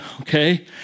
okay